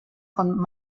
von